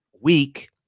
week